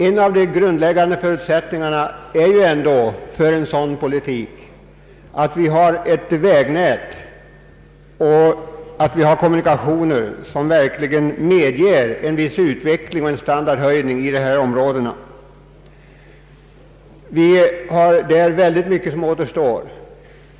En av de grundläggande förutsättningarna för en sådan politik är ju ändå att vi har ett vägnät och att vi har kommunikationer som verkligen medger utveckling och standardhöjning i dessa områden. Där återstår mycket att göra.